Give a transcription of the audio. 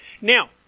Now